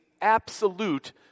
absolute